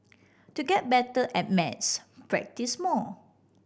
to get better at maths practise more